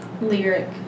lyric